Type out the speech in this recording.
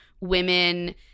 women